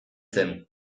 zen